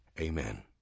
Amen